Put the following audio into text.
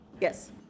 Yes